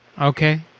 Okay